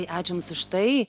tai ačiū jums už tai